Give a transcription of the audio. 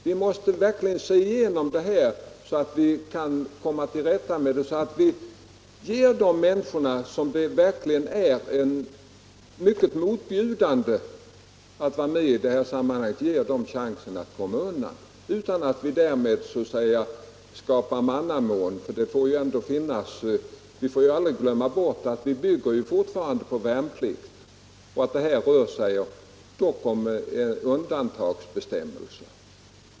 Vi måste se över problemen, så att vi kan komma till rätta med dem och ge de människor för vilka det är motbjudande att vara med i det här sammanhanget chansen att komma undan — utan att vi därmed visar mannamån. Vi får aldrig glömma bort att det svenska försvaret fortfarande bygger på värnplikt och att det här rör sig om en undantagsbestämmelse.